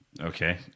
Okay